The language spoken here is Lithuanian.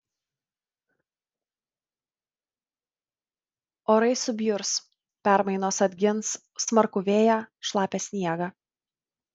orai subjurs permainos atgins smarkų vėją šlapią sniegą